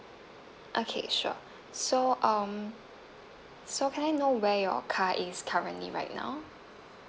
okay sure so um so can I know where your car is currently right now